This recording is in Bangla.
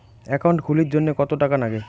একাউন্ট খুলির জন্যে কত টাকা নাগে?